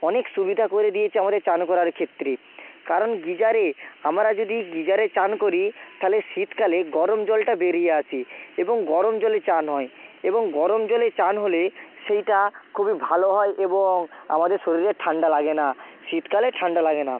অনেক সুবিধা করে দিয়েছে আমাদের স্নান করার ক্ষেত্রে কারণ গিজারে আমরা যদি গিজারে স্নান করি তাহলে শীতকালে গরম জলটা বেরিয়ে আসে এবং গরম জলে স্নান হয় এবং গরম জলে স্নান হলে সেইটা খুবই ভালো হয় এবং আমাদের শরীরে ঠান্ডা লাগে না শীতকালে ঠান্ডা লাগে না